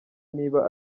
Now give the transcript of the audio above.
niba